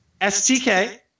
STK